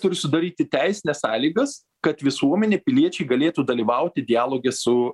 turi sudaryti teisines sąlygas kad visuomenė piliečiai galėtų dalyvauti dialoge su